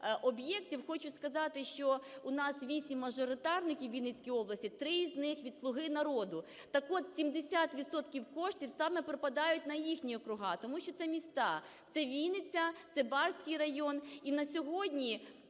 об'єктів. Хочу сказати, що у нас вісім мажоритарників у Вінницькій області, три з них від "Слуги народу". Так от 70 відсотків коштів саме припадають на їхні округи, тому що це міста, це Вінниця, це Барський район. І на сьогодні